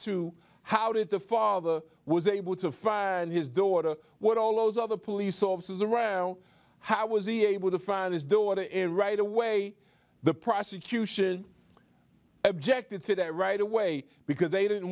to how did the father was able to find his daughter what all those other police officers around how was he able to find his daughter right away the prosecution objected to right away because they didn't